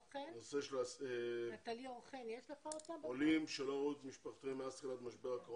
הנושא הוא עולים שלא ראו את משפחתם מאז תחילת הקורונה.